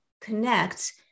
connect